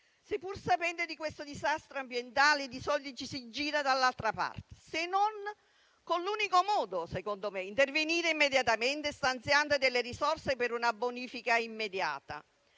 se, pur sapendo di questo disastro ambientale, ci si gira dall'altra parte? C'è un unico modo, secondo me: intervenire immediatamente stanziando delle risorse per una bonifica immediata.